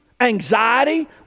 anxiety